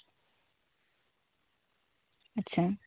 ᱟᱪᱪᱷᱟ